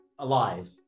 Alive